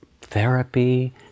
therapy